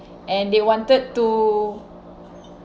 and they wanted to